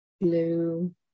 blue